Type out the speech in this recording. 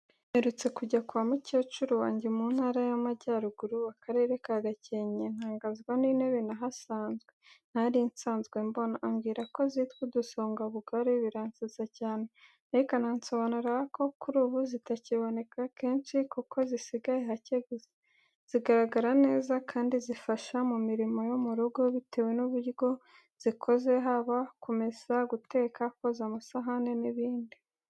Mperutse kujya kwa mukecuru wanjye mu Ntara y’Amajyaruguru, Akarere ka Gakenke. Ntangazwa n’intebe nahasanze ntari nsanzwe mbona. Ambwira ko zitwa udusongabugari, biransetsa cyane, ariko anansobanurira ko kuri ubu zitakiboneka kenshi kuko zisigaye hake gusa. Zigaragara neza kandi zifasha mu mirimo yo mu rugo, bitewe n’uburyo zikoze, haba kumesa, guteka, koza amasahani n’ibindi.